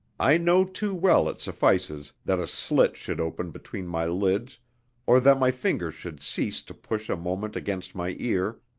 i know too well it suffices that a slit should open between my lids or that my finger should cease to push a moment against my ear,